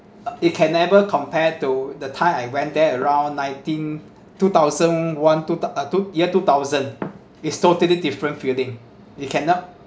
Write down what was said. uh it can never compare to the time I went there around nineteen two thousand one two thou~ uh two year two thousand is totally different building you cannot